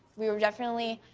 we were definitely